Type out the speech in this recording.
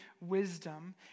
wisdom